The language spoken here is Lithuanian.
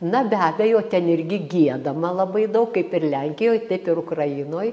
na be abejo ten irgi giedama labai daug kaip ir lenkijoj taip ir ukrainoj